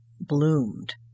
bloomed